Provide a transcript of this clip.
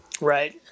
Right